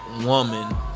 woman